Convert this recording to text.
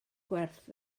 gwerth